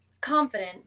confident